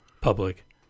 public